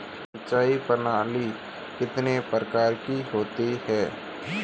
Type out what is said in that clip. सिंचाई प्रणाली कितने प्रकार की होती है?